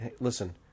Listen